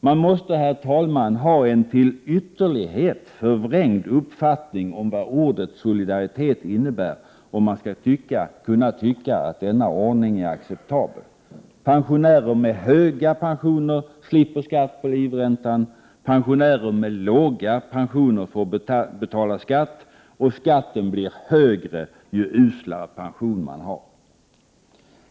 Man måste, herr talman, ha en till ytterlighet förvrängd uppfattning om vad ordet solidaritet innebär om man skall kunna tycka att denna ordning är acceptabel. Pensionärer med höga pensioner slipper skatt på livräntan. Pensionärer med låga pensioner får betala skatt och skatten blir högre ju uslare pension man har.